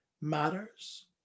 matters